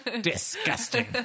disgusting